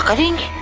ah ring